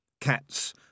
Cats